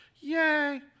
Yay